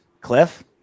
Cliff